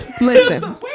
Listen